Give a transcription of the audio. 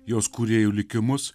jos kūrėjų likimus